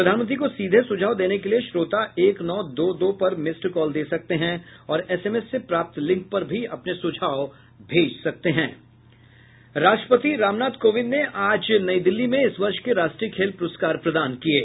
प्रधानमंत्री को सीधे सुझाव देने के लिए श्रोता एक नौ दो दो पर मिस्ड कॉल दे सकते हैं और एसएमएस से प्राप्त लिंक पर भी अपने सुझाव भेज सकते हैं राष्ट्रपति रामनाथ कोविन्द ने आज नई दिल्ली में इस वर्ष के राष्ट्रीय खेल पुरस्कार प्रदान किये